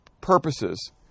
purposes